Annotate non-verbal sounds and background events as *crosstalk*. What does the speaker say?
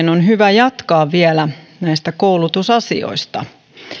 *unintelligible* on hyvä jatkaa vielä näistä koulutusasioista